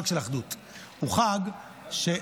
לא של הגויים, של היהודים.